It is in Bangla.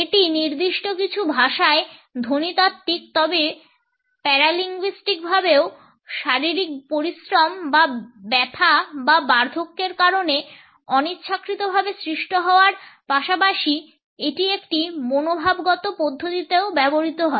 এটি নির্দিষ্ট কিছু ভাষায় ধ্বনিতাত্ত্বিক তবে প্যারাভাষিকভাবেও শারীরিক পরিশ্রম বা ব্যথা বা বার্ধক্যের কারণে অনিচ্ছাকৃতভাবে সৃষ্ট হওয়ার পাশাপাশি এটি একটি মনোভাবগত পদ্ধতিতেও ব্যবহৃত হয়